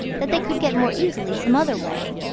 that they could get more easily some other way